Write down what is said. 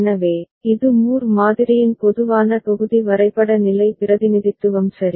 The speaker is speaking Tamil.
எனவே இது மூர் மாதிரியின் பொதுவான தொகுதி வரைபட நிலை பிரதிநிதித்துவம் சரி